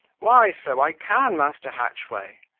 why so i can, master hatchway.